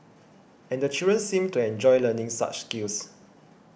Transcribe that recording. and the children seemed to enjoy learning such skills